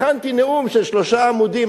הכנתי נאום של שלושה עמודים,